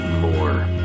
more